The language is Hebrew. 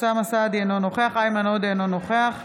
אינו נוכח איימן עודה, אינו נוכח